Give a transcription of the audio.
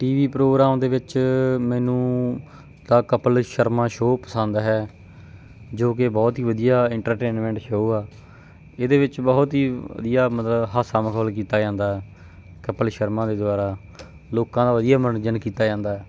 T V programme ਦੇ ਵਿੱਚ ਮੈਨੂੰ ਤਾਂ ਕਪਲ ਸ਼ਰਮਾ ਸ਼ੋਅ ਪਸੰਦ ਹੈ ਜੋ ਕਿ ਬਹੁਤ ਹੀ ਵਧੀਆ ਇੰਟਰਟੇਨਮੈਂਟ ਸ਼ੋਅ ਆ ਇਹਦੇ ਵਿੱਚ ਬਹੁਤ ਹੀ ਵਧੀਆ ਮਤਲਬ ਹਾਸਾ ਮਖੌਲ ਕੀਤਾ ਜਾਂਦਾ ਕਪਲ ਸ਼ਰਮਾ ਦੇ ਦੁਆਰਾ ਲੋਕਾਂ ਦਾ ਵਧੀਆ ਮਨੋਰੰਜਨ ਕੀਤਾ ਜਾਂਦਾ